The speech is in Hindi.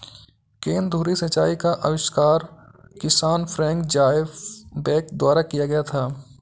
केंद्र धुरी सिंचाई का आविष्कार किसान फ्रैंक ज़ायबैक द्वारा किया गया था